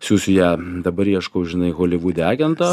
siųsiu ją dabar ieškau žinai holivude agento